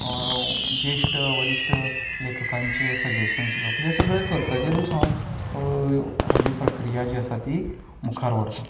ज्येष्ट वरिश्ट लेखकांचें सजेशन्स घेवप हें सगळें करतकच हांव हाची प्रक्रिया जी आसा ती मुखार व्हरतां